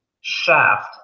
shaft